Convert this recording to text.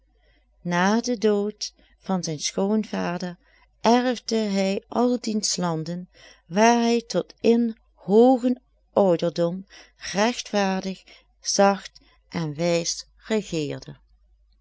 na den dood van zijn schoonvader erfde hij al diens landen waar hij tot in hoogen ouderdom regtvaardig zacht en wijs regeerde